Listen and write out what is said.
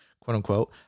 quote-unquote